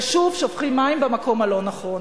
ושוב שופכים מים במקום הלא-נכון,